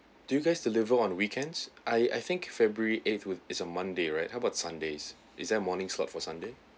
do you guys deliver on weekends I I think february eighth w~ is a monday right how about sunday is there a morning slot for sunday